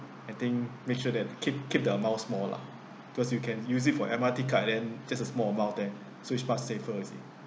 I think make sure that keep keep the amount small lah because you can use it for M_R_T card and then just a small amount then so is much safer see